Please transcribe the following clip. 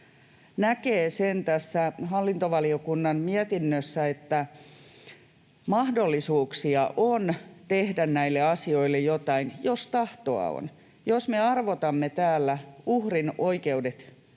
tästä hallintovaliokunnan mietinnöstä näkee sen, että on mahdollisuuksia tehdä näille asioille jotain, jos tahtoa on. Jos me arvotamme täällä uhrin oikeudet